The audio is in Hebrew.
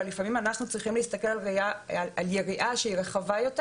אבל לפעמים אנחנו צריכים להסתכל על יריעה שהיא רחבה יותר